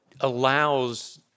allows